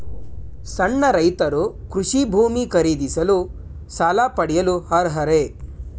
ಸಣ್ಣ ರೈತರು ಕೃಷಿ ಭೂಮಿ ಖರೀದಿಸಲು ಸಾಲ ಪಡೆಯಲು ಅರ್ಹರೇ?